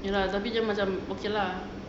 ya lah tapi dia macam okay lah